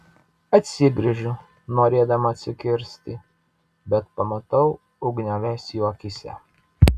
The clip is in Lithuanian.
atsigręžiu norėdama atsikirsti bet pamatau ugneles jo akyse